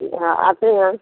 हाँ आते हैं